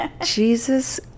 Jesus